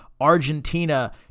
Argentina